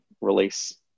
release